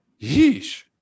yeesh